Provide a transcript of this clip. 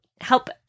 help